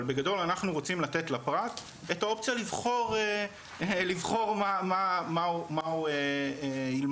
אבל בגדול אנחנו רוצים לתת לפרט את האופציה לבחור מה הוא ילמד